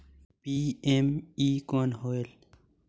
PME कौन होयल?